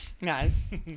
Nice